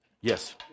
Yes